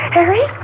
Harry